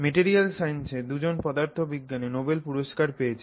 material সাইন্সে দুজন পদার্থবিজ্ঞানে নোবেল পুরস্কার পেয়েছেন